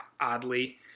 oddly